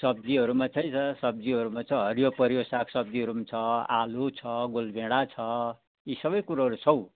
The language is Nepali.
सब्जीहरूमा त्यही छ सब्जीहरूमा छ हरियो परियो सागसब्जीहरू पनि छ आलु छ गोलभेडा छ यी सबै कुरोहरू छ हौ